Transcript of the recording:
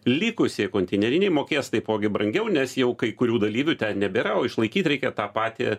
likusieji konteineriniai mokės taipogi brangiau nes jau kai kurių dalyvių ten nebėra o išlaikyt reikia tą patį